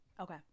Okay